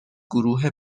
گروه